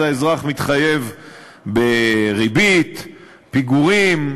אז האזרח מתחייב בריבית פיגורים,